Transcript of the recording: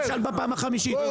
תשאל בפעם החמישית.